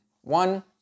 One